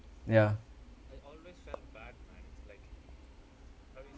ya